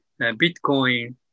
Bitcoin